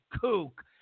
kook